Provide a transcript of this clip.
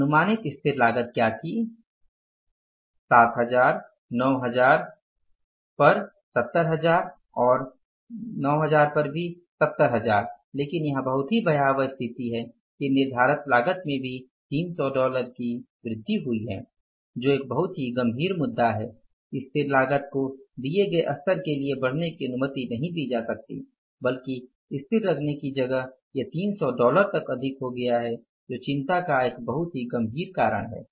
अनुमानित स्थिर लागत क्या थी 9000 इकाईयों पर 70000 और 7000 इकाईयों पर 70000 इसलिए यहाँ 70000 होना चाहिए लेकिन यहाँ बहुत ही भयावह स्थिति है कि निर्धारित लागत में भी ३०० डॉलर की वृद्धि हुई है जो एक बहुत ही गंभीर मुद्दा है स्थिर लागत को दिए गए स्तर के लिए बढ़ने की अनुमति नहीं दी सकती बल्कि स्थिर रहने की जगह यह 300 डॉलर तक अधिक हो गया है जो चिंता का एक बहुत ही गंभीर कारण है